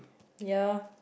ya